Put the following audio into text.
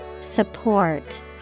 Support